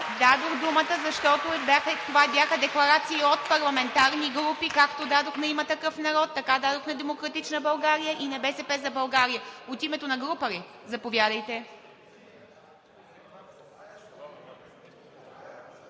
дадох думата, защото това бяха декларации от парламентарни групи – както дадох на „Има такъв народ“, така дадох на „Демократична България“ и на „БСП за България“. От името на група ли? Заповядайте.